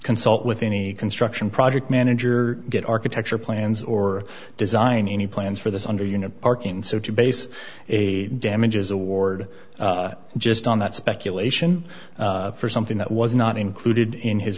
consult with any construction project manager good architecture plans or design any plans for this under you know a parking so to base a damages award just on that speculation for something that was not included in his